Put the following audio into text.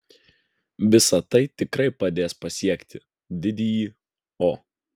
visa tai tikrai padės pasiekti didįjį o